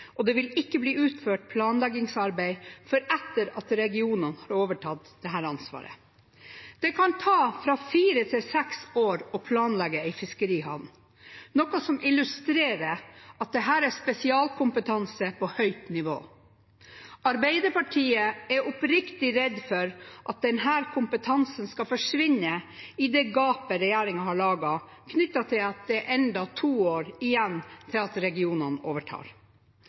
og det vil ikke bli utført planleggingsarbeid før etter at regionene har overtatt dette ansvaret. Det kan ta fra fire til seks år å planlegge en fiskerihavn, noe som illustrerer at dette er spesialkompetanse på høyt nivå. Arbeiderpartiet er oppriktig redd for at denne kompetansen skal forsvinne i det gapet regjeringen har laget, knyttet til at det ennå er to år igjen til regionene overtar.